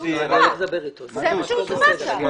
זה מה שהוצבע שם.